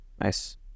Nice